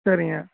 சரிங்க